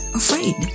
afraid